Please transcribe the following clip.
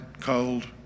cold